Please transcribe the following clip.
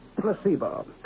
placebo